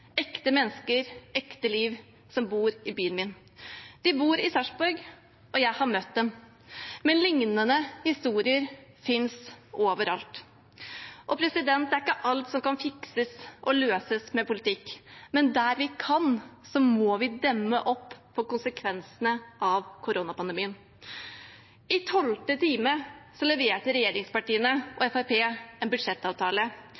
ekte mennesker, ekte liv – som bor i byen min. De bor i Sarpsborg, og jeg har møtt dem, men lignende historier finnes over alt. Det er ikke alt som kan fikses og løses med politikk, men der vi kan, må vi demme opp for konsekvensene av koronapandemien. I tolvte time leverte regjeringspartiene